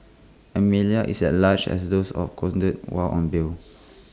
Amelia is at large as those absconded while on bail